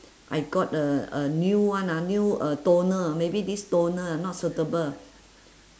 I got a a new one ah new uh toner maybe this toner not suitable